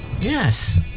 Yes